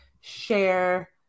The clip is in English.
share